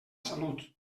salut